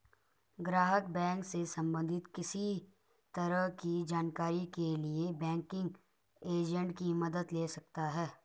ग्राहक बैंक से सबंधित किसी तरह की जानकारी के लिए बैंकिंग एजेंट की मदद ले सकता है